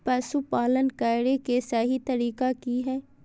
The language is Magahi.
पशुपालन करें के सही तरीका की हय?